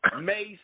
Mace